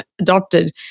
adopted